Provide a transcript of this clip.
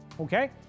Okay